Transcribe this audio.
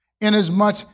inasmuch